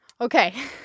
okay